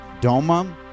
Doma